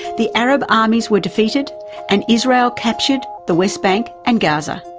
the arab armies were defeated, and israel captured the west bank and gaza.